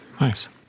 Nice